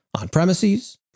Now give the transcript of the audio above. on-premises